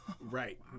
right